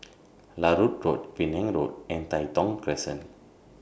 Larut Road Penang Road and Tai Thong Crescent